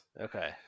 Okay